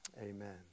amen